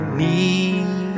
need